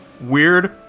Weird